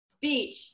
Beach